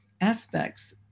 aspects